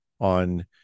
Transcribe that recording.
on